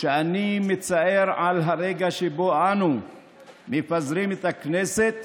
שאני מצר על הרגע שבו אנו מפזרים את הכנסת.